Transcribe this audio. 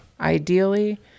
Ideally